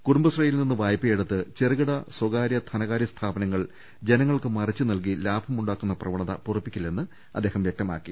കുടുംബശ്രീയിൽ നിന്ന് വായ്പയെടുത്ത് ചെറുകിട സ്വകാര്യ ധനകാര്യ സ്ഥാപനങ്ങൾ ജനങ്ങൾക്ക് മറിച്ച് നൽകി ലാഭ മുണ്ടാക്കുന്ന പ്രവണത പൊറുപ്പിക്കില്ലെന്ന് അദ്ദേഹം വ്യക്തമാക്കി